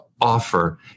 offer